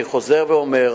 אני חוזר ואומר,